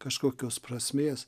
kažkokios prasmės